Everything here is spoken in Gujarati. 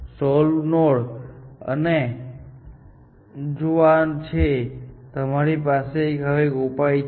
આ સોલ્વ્ડ નોડ છે અને જો આ છે તો તમારી પાસે હવે એક ઉપાય છે